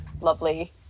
lovely